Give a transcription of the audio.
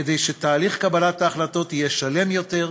כדי שתהליך קבלת ההחלטות יהיה שלם יותר,